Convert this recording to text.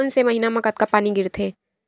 कोन से महीना म कतका पानी गिरथे?